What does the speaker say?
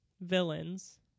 villains